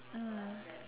mm